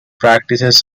practices